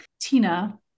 Tina